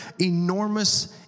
enormous